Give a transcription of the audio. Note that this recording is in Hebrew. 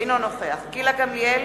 אינו נוכח גילה גמליאל,